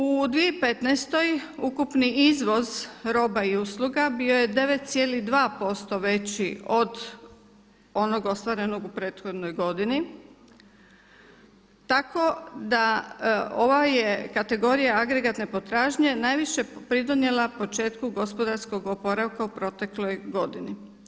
U 2015. ukupni izvoz roba i usluga bio je 9,2% veći od onog ostvarenog u prethodnoj godini tako da ova je kategorija agregatne potražnje najviše pridonijela početku gospodarskog oporavka u protekloj godini.